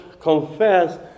confess